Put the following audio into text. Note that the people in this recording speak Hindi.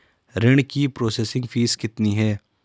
ऋण की प्रोसेसिंग फीस कितनी है?